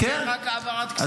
אם זה רק העברת כספים או --- כן,